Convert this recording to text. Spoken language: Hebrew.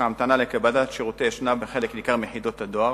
ההמתנה לקבלת שירותי אשנב בחלק ניכר מיחידות הדואר.